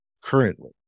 Currently